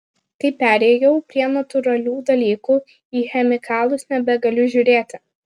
kai perėjau prie natūralių dalykų į chemikalus nebegaliu žiūrėti